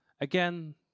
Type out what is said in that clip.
Again